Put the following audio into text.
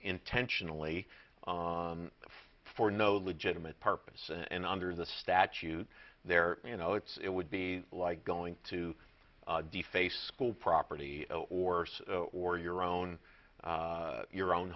intentionally for no legitimate purpose and under the statute there you know it's it would be like going to deface school property or or your own your own